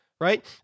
Right